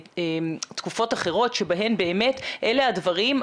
מתקופות אחרות שבהן באמת אלה הדברים,